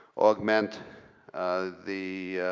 augment the